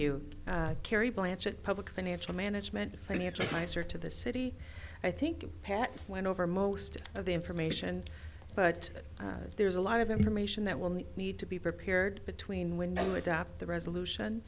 you carrie blanchett public financial management a financial advisor to the city i think pat went over most of the information but there's a lot of information that will need to be prepared between when you adopt the resolution